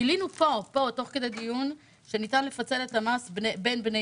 גילינו כאן תוך כדי דיון שניתן לפצל את המס בין בני